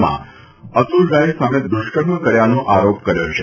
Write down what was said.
માં અતુલ રાય સામે દ્વષ્કર્મ કર્યાનો આરોપ કર્યો છે